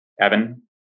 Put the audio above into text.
Evan